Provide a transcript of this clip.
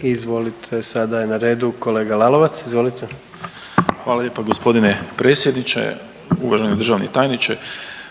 Izvolite, sada je na redu kolega Lalovac, izvolite. **Lalovac, Boris (SDP)** Hvala lijepo g. predsjedniče, uvaženi državni tajniče.